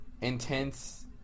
intense